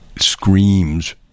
screams